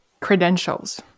credentials